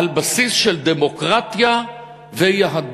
על בסיס של דמוקרטיה ויהדות.